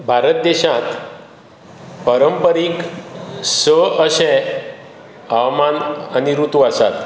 भारत देशांत परंपारीक स अशें हवामान आनी ऋतु आसात